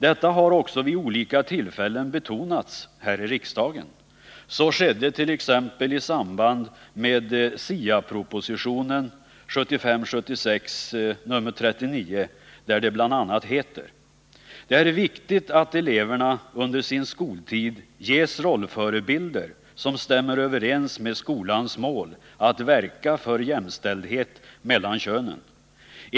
Detta har också vid olika tillfällen betonats här i riksdagen. Så skedde t.ex. i samband med SIA-propositionen, 1975/76:39, där det bl.a. heter: ”Det är viktigt att eleverna under sin skoltid ges rollförebilder som stämmer överens med skolans mål att verka för jämställdhet mellan könen.